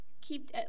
keep